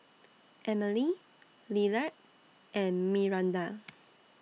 Emilie Lillard and Myranda